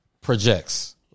projects